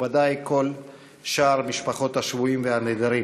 וודאי כל שאר משפחות השבויים והנעדרים,